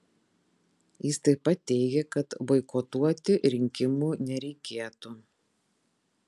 jis taip pat teigė kad boikotuoti rinkimų nereikėtų